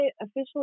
officially